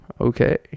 Okay